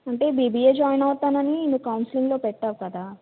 అంటే BBA join అవుతానని కౌన్సిలింగ్లో పెట్టావు కదా